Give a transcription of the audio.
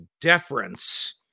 deference